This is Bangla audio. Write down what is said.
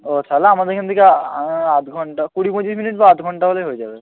ও তাহলে আমাদের এখান থেকে আধ ঘন্টা কুড়ি পঁচিশ মিনিট বা আধ ঘন্টা হলেই হয়ে যাবে